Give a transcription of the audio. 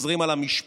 שחוזרים על המשפט: